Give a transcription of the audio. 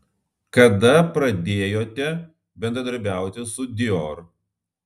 kada pradėjote bendradarbiauti su dior